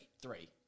Three